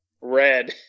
Red